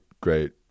great